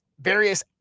various